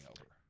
over